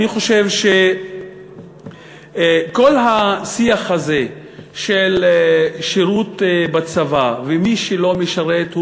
אני חושב שכל השיח הזה של שירות בצבא ומי שלא משרת,